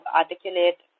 articulate